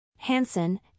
Hansen